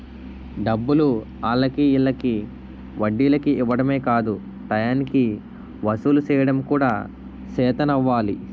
డబ్బులు ఆల్లకి ఈల్లకి వడ్డీలకి ఇవ్వడమే కాదు టయానికి వసూలు సెయ్యడం కూడా సేతనవ్వాలి